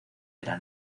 era